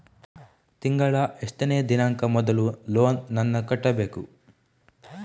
ತಿಂಗಳ ಎಷ್ಟನೇ ದಿನಾಂಕ ಮೊದಲು ಲೋನ್ ನನ್ನ ಕಟ್ಟಬೇಕು?